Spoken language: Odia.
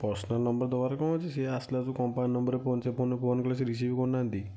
ପର୍ସନାଲ୍ ନମ୍ବର ଦେବାରେ କ'ଣ ଅଛି ସେ ଆସିଲା କମ୍ପାନୀ ନମ୍ବରରେ ଫୋନ୍ ସେ ଫୋନ୍ରେ ଫୋନ୍ କଲେ ସେ ରିସିଭ କରୁନାହାନ୍ତି